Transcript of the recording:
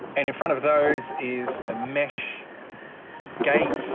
and in front of those is a mesh gate.